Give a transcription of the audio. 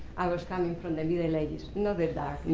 i was coming from the middle ages. not the dark